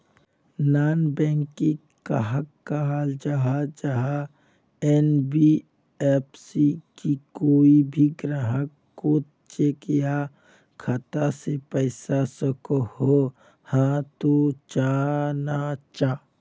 Non banking कहाक कहाल जाहा जाहा एन.बी.एफ.सी की कोई भी ग्राहक कोत चेक या खाता से पैसा सकोहो, हाँ तो चाँ ना चाँ?